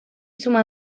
suma